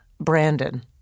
Brandon